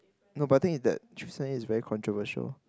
no but the thing is that three seven A is very controversial